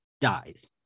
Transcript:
dies